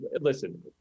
listen